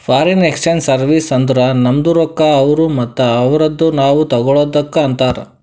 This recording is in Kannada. ಫಾರಿನ್ ಎಕ್ಸ್ಚೇಂಜ್ ಸರ್ವೀಸ್ ಅಂದುರ್ ನಮ್ದು ರೊಕ್ಕಾ ಅವ್ರು ಮತ್ತ ಅವ್ರದು ನಾವ್ ತಗೊಳದುಕ್ ಅಂತಾರ್